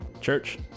Church